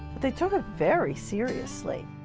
they took it very seriously.